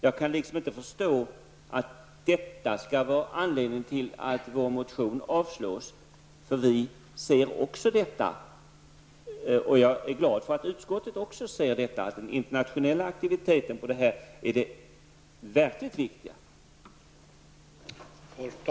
Jag kan inte förstå att detta skall vara anledningen till att vår motion avstyrks. Vi ser, och jag är glad för att också utskottet gör det, den internationella aktiviteten som det verkligt viktiga.